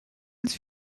als